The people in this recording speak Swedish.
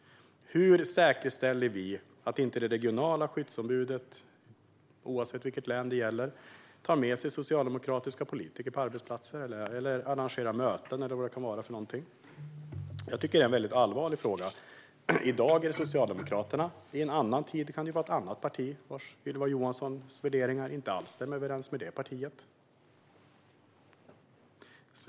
Hur säkerställer vi att inte det regionala skyddsombudet, oavsett vilket län det gäller, tar med sig socialdemokratiska politiker på arbetsplatser eller arrangerar möten eller vad det nu kan vara för någonting? Jag tycker att det här är en väldigt allvarlig fråga. I dag gäller det Socialdemokraterna. I en annan tid kan det gälla ett annat parti vars värderingar inte alls stämmer överens med Ylva Johanssons.